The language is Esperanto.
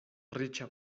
riĉa